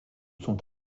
sont